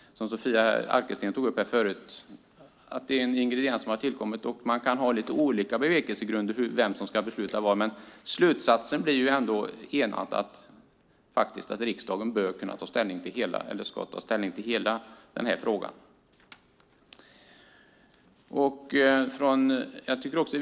Som Sofia Arkelsten här tidigare sagt är utsläppsrätterna en ingrediens som har tillkommit. Man kan ha lite olika bevekelsegrunder när det gäller vem som ska besluta vad. Enigt blir slutsatsen ändå att riksdagen ska ta ställning till hela frågan.